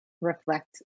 reflect